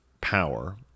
power